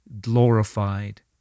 glorified